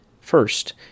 First